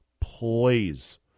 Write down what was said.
please